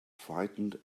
frightened